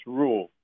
rule